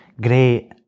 great